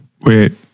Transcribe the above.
Wait